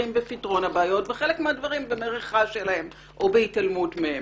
בפתרון ובחלק מהמקרים במריחה של הדברים או בהתעלמות מהם.